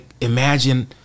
imagine